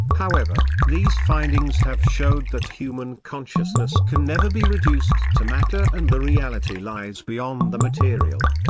however, these findings have showed that human consciousness can never be reduced to matter and the reality lies beyond the material.